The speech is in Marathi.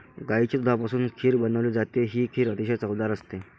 गाईच्या दुधापासून खीर बनवली जाते, ही खीर अतिशय चवदार असते